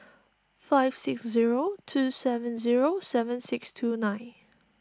five six zero two seven zero seven six two nine